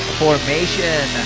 formation